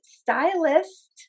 stylist